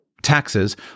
taxes